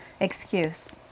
Excuse